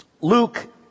Luke